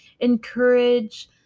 encourage